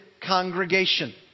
congregation